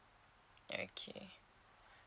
okay